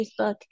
Facebook